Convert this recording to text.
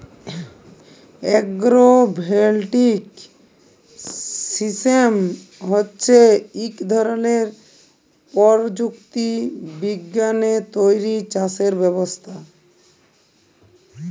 agro voltaic system হছে ইক ধরলের পরযুক্তি বিজ্ঞালে তৈরি চাষের ব্যবস্থা